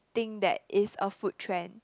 think that is a food trend